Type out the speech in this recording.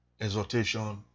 exhortation